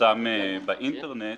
שמפורסם באינטרנט